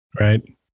Right